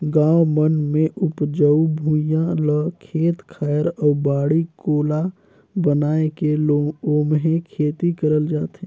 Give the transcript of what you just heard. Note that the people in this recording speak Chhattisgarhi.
गाँव मन मे उपजऊ भुइयां ल खेत खायर अउ बाड़ी कोला बनाये के ओम्हे खेती करल जाथे